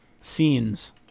scenes